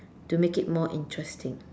to make it more interesting